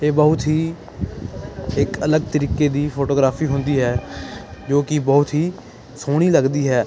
ਇਹ ਬਹੁਤ ਹੀ ਇੱਕ ਅਲੱਗ ਤਰੀਕੇ ਦੀ ਫੋਟੋਗ੍ਰਾਫੀ ਹੁੰਦੀ ਹੈ ਜੋ ਕਿ ਬਹੁਤ ਹੀ ਸੋਹਣੀ ਲੱਗਦੀ ਹੈ